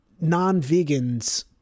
non-vegans